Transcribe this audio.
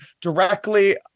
directly